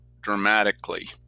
dramatically